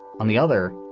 on the other.